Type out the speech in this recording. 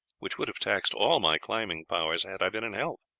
which would have taxed all my climbing powers had i been in health.